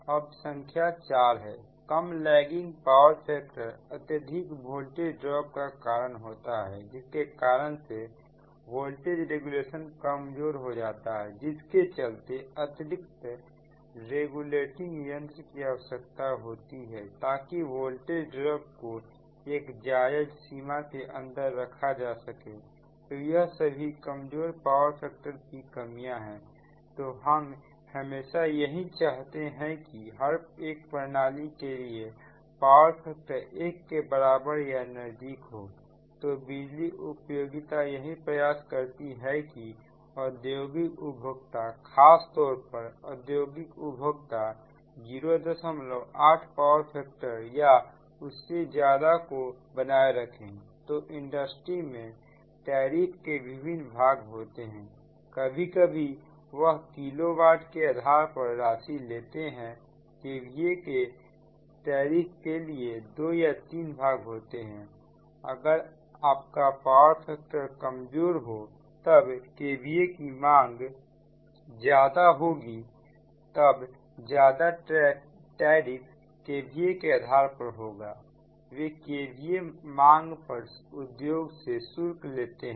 और संख्या 4 है कम लैगिंग पावर फैक्टर अत्यधिक वोल्टेज ड्रॉप का कारण होता है जिसके कारण से वोल्टेज रेगुलेशन कमजोर हो जाता है जिसके चलते अतिरिक्त रेगुलेटिंग यंत्र की आवश्यकता होती है ताकि वोल्टेज ड्रॉप को एक जायज सीमा के अंदर रखा जा सके तो यह सभी कमजोर पावर फैक्टर की कमियां है तो हम हमेशा यही चाहते हैं कि हर एक प्रणाली के लिए पावर फैक्टर एक के बराबर या नजदीक हो तो बिजली उपयोगिता यही प्रयास करती हैं कि औद्योगिक उपभोक्ता खास तौर पर औद्योगिक उपभोक्ता 08 पावर फैक्टर या उससे ज्यादा को बनाए रखें तो इंडस्ट्री में टैरिफ के विभिन्न भाग होते हैं कभी कभी वह किलो वाट के आधार पर राशि लेते हैं KVA के टैरिफ के लिए 2 या 3 भाग होते हैं अगर आपका पावर फैक्टर कमजोर हो तब KVA की मांग ज्यादा होगी तब ज्यादा टैरिफ KVA के आधार पर होगावे KVA मांग पर उद्योग से शुल्क लेते हैं